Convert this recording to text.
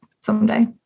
someday